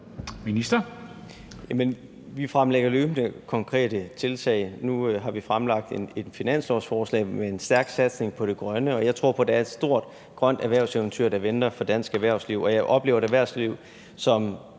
Kollerup): Vi fremlægger løbende konkrete tiltag. Nu har vi fremsat et finanslovsforslag med en stærk satsning på det grønne, og jeg tror på, at der er et stort grønt erhvervseventyr, der venter for dansk erhvervsliv, og jeg oplever et erhvervsliv, som